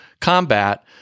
combat